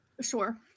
Sure